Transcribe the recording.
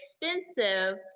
expensive